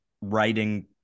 writing